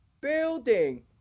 building